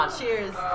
Cheers